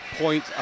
point